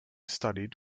studied